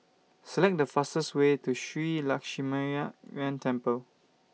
Select The fastest Way to Shree Lakshminarayanan Temple